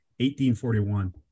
1841